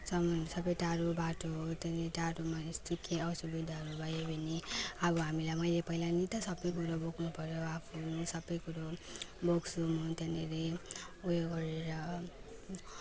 सामानहरू सबै टाढो बाटो हो त्यहाँदेखि टाडोमा यस्तो केही असुविधाहरू भयो भने अब हामीले मैले पहिला नै त सबै कुरो बोक्नु पऱ्यो अब आफ्नो सबै कुरो बोक्छु म त्यहाँनिर ऊ यो गरेर